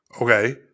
Okay